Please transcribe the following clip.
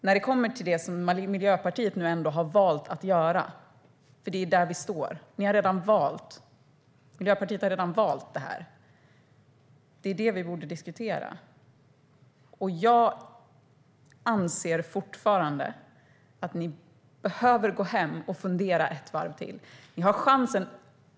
Det som Miljöpartiet nu har valt att göra - det är där vi står, för ni har redan valt det här - är vad vi borde diskutera. Jag anser fortfarande att ni behöver gå hem och fundera ett varv till.